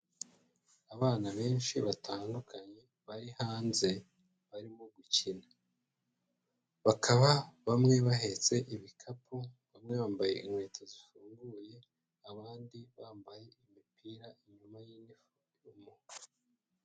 Abana benshi batandukanye bari hanze barimo gukina, bakaba bamwe bahetse ibikapu, bamwe bambaye inkweto zifunguye abandi bambaye imipira inyuma y'inifomo.